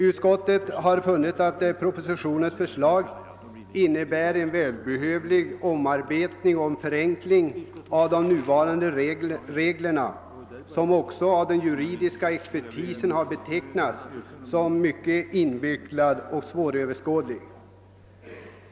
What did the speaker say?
Utskottet har funnit att propositionens förslag innebär en välbehövlig omarbetning och förenkling av de nuvarande reglerna, som också av den juridiska expertisen har betecknats som mycket invecklade och svåröverskåd liga.